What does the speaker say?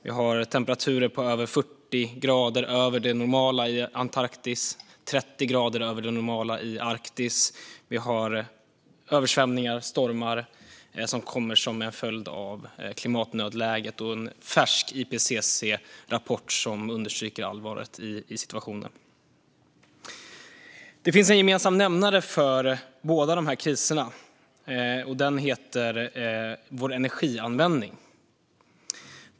Vi har temperaturer på över 40 grader över det normala i Antarktis och 30 grader över det normala i Arktis. Översvämningar och stormar kommer som en följd av klimatnödläget. En färsk IPCC-rapport understryker allvaret i situationen. Det finns en gemensam nämnare för dessa båda kriser. Den heter energianvändning.